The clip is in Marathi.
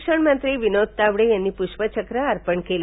शिक्षणमंत्री विनोद ताबडे यांनी पुष्पचक बर्पण केलं